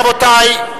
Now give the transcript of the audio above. רבותי,